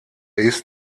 ist